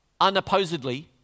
unopposedly